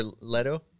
Leto